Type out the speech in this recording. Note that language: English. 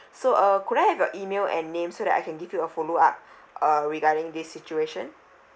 so uh could I have your email and name so that I can give you a follow up uh regarding this situation